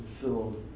filled